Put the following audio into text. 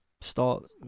start